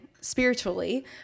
spiritually